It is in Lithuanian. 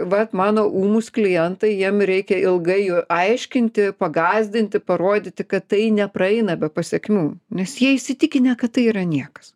vat mano ūmūs klientai jiem reikia ilgai aiškinti pagąsdinti parodyti kad tai nepraeina be pasekmių nes jie įsitikinę kad tai yra niekas